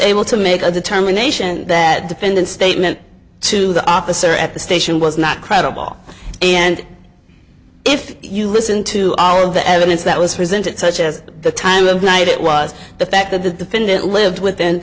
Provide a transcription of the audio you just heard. able to make a determination that defendant statement to the officer at the station was not credible and if you listen to all of the evidence that was presented such as the time of night it was the fact that the defendant lived within